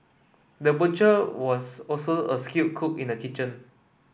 the butcher was also a skilled cook in the kitchen